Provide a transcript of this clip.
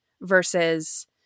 versus